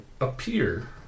appear